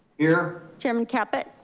here. chairman caput?